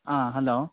hello